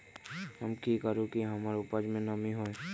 हम की करू की हमार उपज में नमी होए?